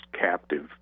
captive